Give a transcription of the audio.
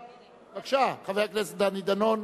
בבקשה, חבר הכנסת דני דנון,